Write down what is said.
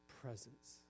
presence